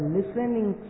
Listening